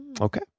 Okay